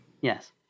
yes